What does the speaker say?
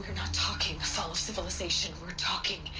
not talking fall of civilization, we're talking.